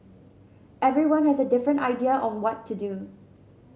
everyone has a different idea on what to do